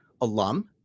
alum